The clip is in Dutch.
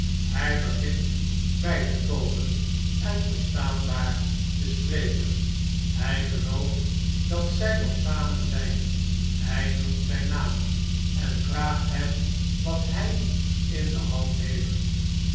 hij begint bij te komen en verstaanbaar te spreken hij gelooft dat zij nog samen zijn hij noemt zijn naam en vraagt hem wat hjj in deliand heeft